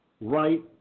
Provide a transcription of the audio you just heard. right